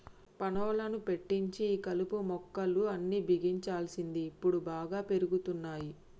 పనులను పెట్టించి ఈ కలుపు మొక్కలు అన్ని బిగించాల్సింది ఇప్పుడు బాగా పెరిగిపోతున్నాయి